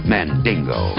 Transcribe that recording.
Mandingo